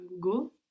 go